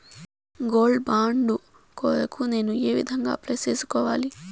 Gold bond కొరకు నేను ఏ విధంగా అప్లై సేసుకోవాలి?